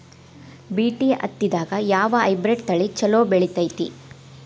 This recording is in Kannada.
ಬಿ.ಟಿ ಹತ್ತಿದಾಗ ಯಾವ ಹೈಬ್ರಿಡ್ ತಳಿ ಛಲೋ ಬೆಳಿತೈತಿ?